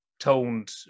toned